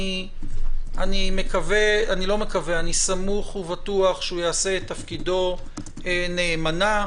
אני סמוך ובטוח שהוא יעשה את תפקידו נאמנה.